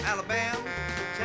Alabama